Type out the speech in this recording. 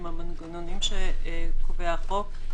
עם המנגנונים שקובע החוק.